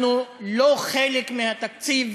אנחנו לא חלק מהתקציב